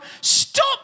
Stop